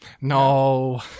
No